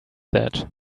that